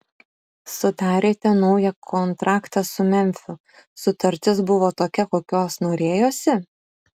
sudarėte naują kontraktą su memfiu sutartis buvo tokia kokios norėjosi